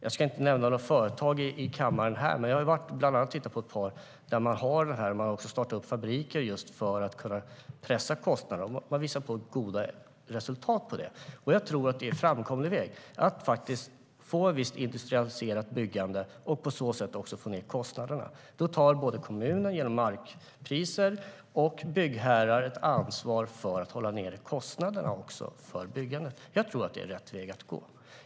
Jag ska inte här i kammaren nämna några företag, men jag har bland annat tittat på ett par där man har startat fabriker just för att kunna pressa kostnaderna. Man har visat på goda resultat av det. Jag tror att det är en framkomlig väg att faktiskt få ett visst industrialiserat byggande och på så sätt få ned kostnaderna. Då tar både kommunerna, genom markpriser, och byggherrar ett ansvar för att hålla nere kostnaderna för byggandet. Jag tror att det är rätt väg att gå.